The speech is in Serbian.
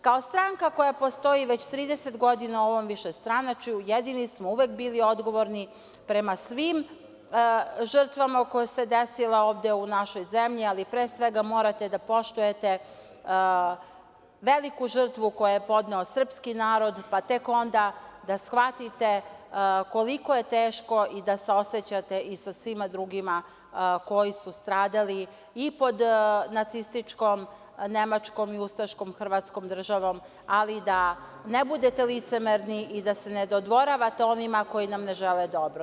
Kao stranka koja postoji već 30 godina u ovom višestranačju, jedini smo uvek bili odgovorni prema svim žrtvama koje se desilo ovde u našoj zemlji, ali pre svega morate da poštujete veliku žrtvu koju je podneo srpski narod, pa tek onda da shvatite koliko je teško i da se saosećate i sa svima drugima koji su stradali i pod nacističkom Nemačkom i ustaškom hrvatskom državom, ali da ne budete licemerni i da se ne dodvoravate onima koji nam ne žele dobro.